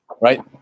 Right